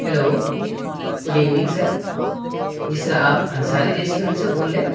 hello good evening sir جی sir آپ Ansari restaurant سے بول رہے ہیں